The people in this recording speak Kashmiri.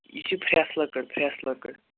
یہِ چھُ فرٛٮ۪س لَکٕر فرٛٮ۪س لَکٕر